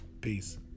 Peace